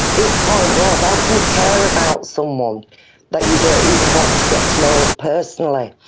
his point was how can you care about someone that you don't even want to get to know personally?